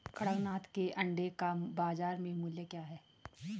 कड़कनाथ के अंडे का बाज़ार मूल्य क्या है?